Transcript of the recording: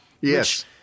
yes